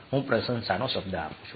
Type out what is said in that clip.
હું પ્રશંસાનો શબ્દ આપું છું